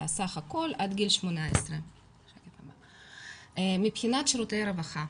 סך הכול עד גיל 18. מבחינת שירותי הרווחה,